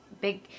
big